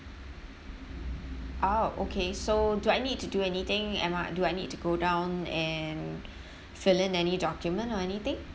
ah okay so do I need to do anything am I do I need to go down and fill in any document or anything